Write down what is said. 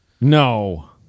No